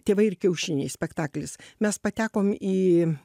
tėvai ir kiaušiniai spektaklis mes patekom į